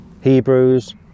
Hebrews